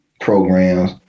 programs